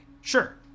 Sure